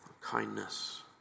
kindness